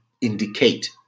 indicate